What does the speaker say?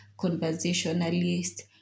conversationalist